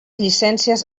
llicències